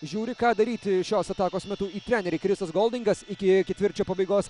žiūri ką daryti šios atakos metu į trenerį krisas goldingas iki ketvirčio pabaigos